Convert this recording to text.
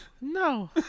no